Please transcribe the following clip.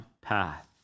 path